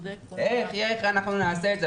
איך נעשה את זה?